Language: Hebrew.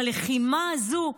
בלחימה הזאת,